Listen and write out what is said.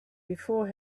before